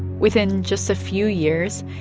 within just a few years,